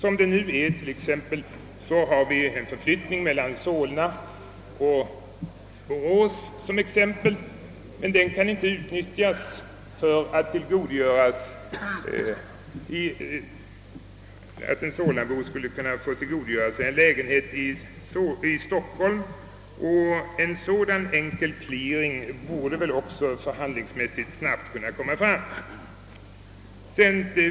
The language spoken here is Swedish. Om det blir en lägenhet ledig vid en flyttning mellan Solna och Borås, kan denna inte utnyttjas så att en solnabo får komma in i en lägenhet i Stockholm. En sådan en kel clearing borde väl kunna åstadkommas förhandlingsvägen.